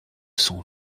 son